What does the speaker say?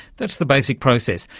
that's the basic process,